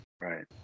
Right